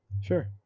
sure